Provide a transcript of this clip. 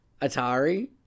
Atari